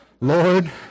Lord